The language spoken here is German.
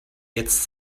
jetzt